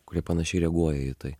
kurie panašiai reaguoja į tai